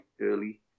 early